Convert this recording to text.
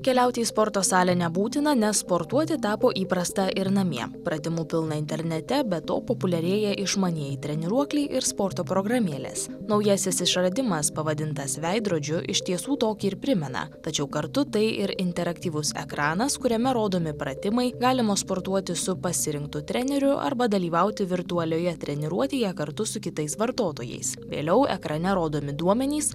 keliauti į sporto salę nebūtina nes sportuoti tapo įprasta ir namie pratimų pilna internete be to populiarėja išmanieji treniruokliai ir sporto programėlės naujasis išradimas pavadintas veidrodžiu iš tiesų tokį ir primena tačiau kartu tai ir interaktyvus ekranas kuriame rodomi pratimai galima sportuoti su pasirinktu treneriu arba dalyvauti virtualioje treniruotėje kartu su kitais vartotojais vėliau ekrane rodomi duomenys